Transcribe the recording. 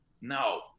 no